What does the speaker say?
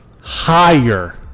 higher